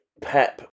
Pep